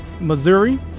Missouri